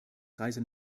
reise